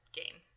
game